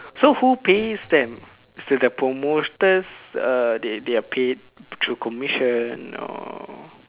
so who pays them the promoters err they they are paid through commission or